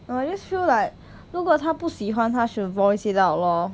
no I just feel like 如果她不喜欢她 should voice it out lor